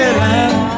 land